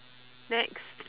next